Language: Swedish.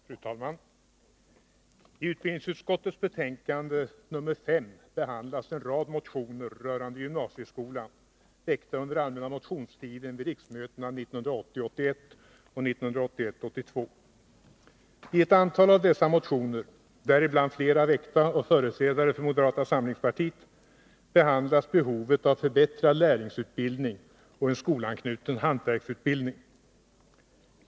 Fru talman! I utbildningsutskottets betänkande 1982 81 och 1981/82. I ett antal av dessa motioner, däribland flera väckta av företrädare för moderata samlingspartiet, behandlas behovet av förbättrad lärlingsutbildning och en skolanknuten hantverksutbildning.